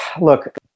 look